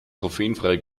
koffeinfreie